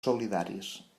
solidaris